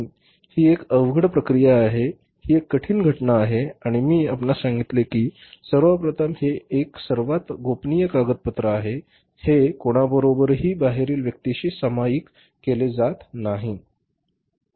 ही एक अवघड प्रक्रिया आहे ही एक कठीण घटना आहे आणि मी आपणास सांगितले की सर्वप्रथम हे एक सर्वात गोपनीय कागदजत्र आहे हे कोणाबरोबरही बाहेरील व्यक्तीशी सामायिक केले जात नाही